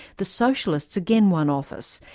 the socialists again won office,